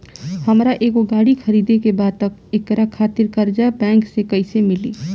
हमरा एगो गाड़ी खरीदे के बा त एकरा खातिर कर्जा बैंक से कईसे मिली?